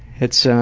it's a,